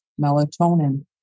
melatonin